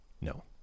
No